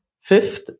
fifth